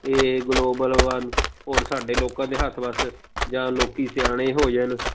ਇਹ ਗਲੋਬਲ ਵਾਰ ਹੋਰ ਸਾਡੇ ਲੋਕਾਂ ਦੇ ਹੱਥ ਵੱਸ ਜਾਂ ਲੋਕ ਸਿਆਣੇ ਹੋ ਜਾਣ